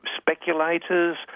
speculators